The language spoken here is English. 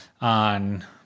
on